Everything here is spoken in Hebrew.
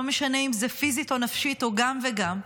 לא משנה אם זה פיזית או נפשית או גם וגם,